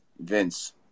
Vince